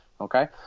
Okay